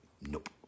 Nope